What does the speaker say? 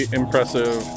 impressive